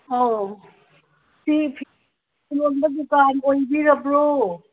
ꯑꯧ ꯁꯤ ꯐꯤ ꯌꯣꯟꯕ ꯗꯨꯀꯥꯟ ꯑꯣꯏꯕꯤꯔꯕ꯭ꯔꯣ